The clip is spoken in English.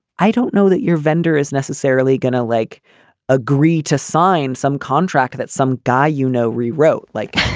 i don't know that your vendor is necessarily going to like agree to sign some contract that some guy, you know, rewrote. like,